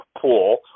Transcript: pool